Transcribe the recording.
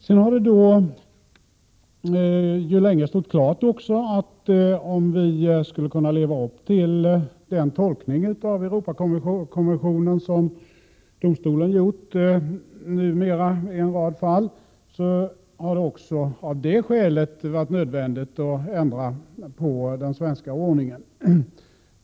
Det har också länge stått klart att om vi skall kunna leva upp till den tolkning av Europakonventionen som domstolen numera har gjort i en rad fall är det också av det skälet nödvändigt att ändra den svenska ordningen.